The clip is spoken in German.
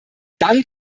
dank